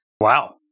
Wow